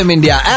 India